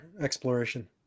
exploration